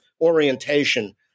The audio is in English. orientation